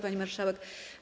Pani Marszałek!